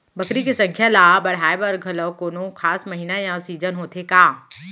बकरी के संख्या ला बढ़ाए बर घलव कोनो खास महीना या सीजन होथे का?